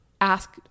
ask